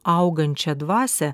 augančią dvasią